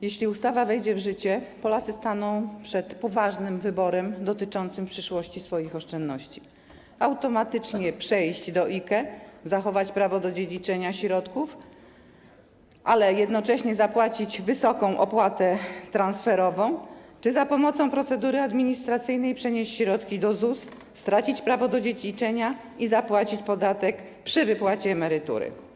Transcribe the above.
Jeśli ustawa wejdzie w życie, Polacy staną przed poważnym wyborem dotyczącym przyszłości swoich oszczędności: automatycznie przejść do IKE, zachować prawo do dziedziczenia środków, jednocześnie zapłacić wysoką opłatę transferową, czy za pomocą procedury administracyjnej przenieść środki do ZUS, stracić prawo do dziedziczenia i zapłacić podatek przy wypłacie emerytury.